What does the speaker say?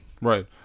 Right